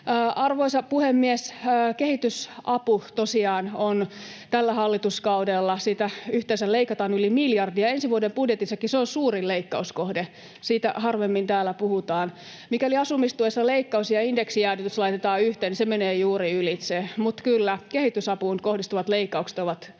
Arvoisa puhemies! Kehitysapua tosiaan tällä hallituskaudella yhteensä leikataan yli miljardi, ja ensi vuoden budjetissakin se on suurin leikkauskohde. Siitä harvemmin täällä puhutaan. Mikäli asumistuessa leikkaus ja indeksijäädytys laitetaan yhteen, se menee juuri ylitse, mutta kyllä, kehitysapuun kohdistuvat leikkaukset ovat ensi